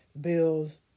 bills